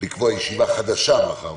לקבוע ישיבה חדשה מחר,